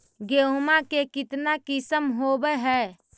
गेहूमा के कितना किसम होबै है?